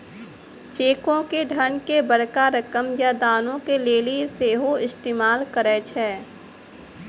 चेको के धन के बड़का रकम या दानो के लेली सेहो इस्तेमाल करै छै